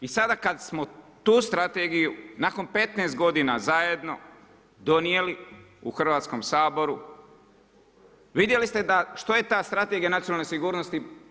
I sada kada smo tu strategiju nakon 15 godina zajedno donijeli u Hrvatskom saboru vidjeli ste da što je ta Strategija nacionalne sigurnosti prepoznala?